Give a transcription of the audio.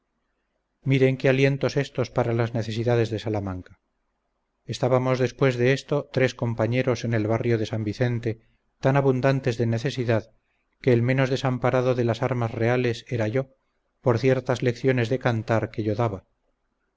miren qué alientos estos para las necesidades de salamanca estábamos después de esto tres compañeros en el barrio de san vicente tan abundantes de necesidad que el menos desamparado de las armas reales era yo por ciertas lecciones de cantar que yo daba